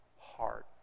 heart